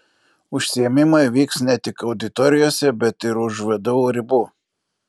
užsiėmimai vyks ne tik auditorijose bet ir už vdu ribų